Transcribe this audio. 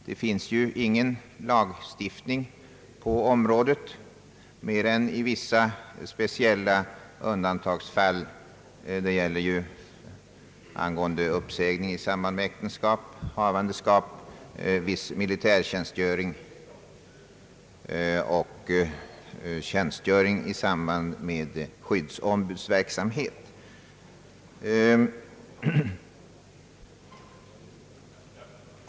Det finns ingen lagstiftning på området mer än i vissa speciella undantagsfall, sådana som gäller uppsägning i samband med äktenskap, havandeskap, viss militärtjänstgöring och tjänstgöring i samband med skyddsombudsverksamhet.